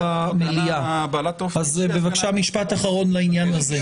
המליאה אז בבקשה משפט אחרון בעניין הזה.